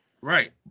Right